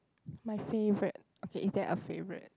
my favorite okay is there a favorite